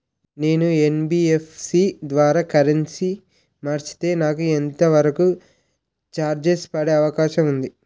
నేను యన్.బి.ఎఫ్.సి ద్వారా కరెన్సీ మార్చితే నాకు ఎంత వరకు చార్జెస్ పడే అవకాశం ఉంది?